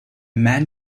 man